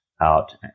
out